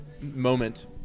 moment